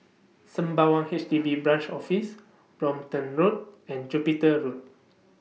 Sembawang H D B Branch Office Brompton Road and Jupiter Road